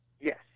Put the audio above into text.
Yes